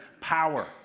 power